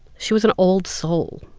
she was an old soul,